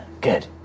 Good